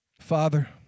Father